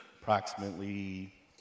approximately